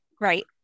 Right